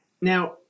Now